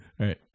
right